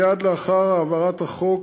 מייד לאחר העברת החוק,